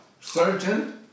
surgeon